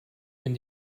wenn